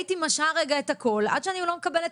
הייתי משהה רגע את הכל עד שאני לא מקבלת